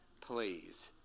please